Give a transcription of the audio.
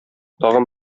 тагын